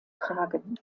tragen